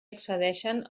accedeixen